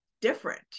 different